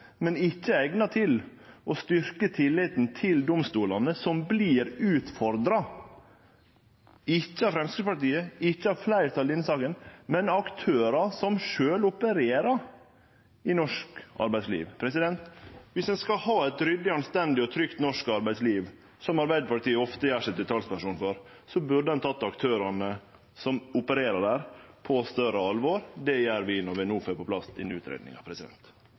men ikkje eigna til å styrkje tilliten til domstolane, som vert utfordra ikkje av Framstegspartiet, ikkje av fleirtalet i denne salen, men av aktørar som sjølve opererer i norsk arbeidsliv. Dersom ein skal ha eit ryddig, anstendig og trygt norsk arbeidsliv, som Arbeidarpartiet ofte gjer seg til talspersonar for, burde ein teke aktørane som opererer der, på større alvor. Det gjer vi når vi no får på plass denne